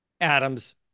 adam's